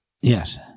Yes